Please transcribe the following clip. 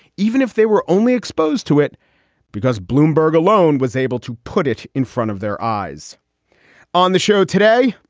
even if they were only exposed to it because bloomberg alone was able to put it in front of their eyes on the show today,